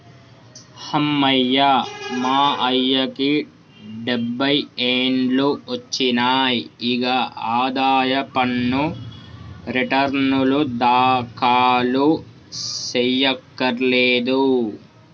అమ్మయ్య మా అయ్యకి డబ్బై ఏండ్లు ఒచ్చినాయి, ఇగ ఆదాయ పన్ను రెటర్నులు దాఖలు సెయ్యకర్లేదు